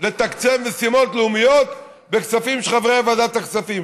לתקצב משימות לאומיות בכספים של חברי ועדת הכספים.